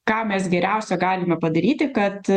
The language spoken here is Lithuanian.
ką mes geriausio galime padaryti kad